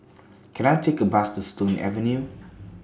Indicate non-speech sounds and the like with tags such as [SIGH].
Can I Take A Bus to Stone [NOISE] Avenue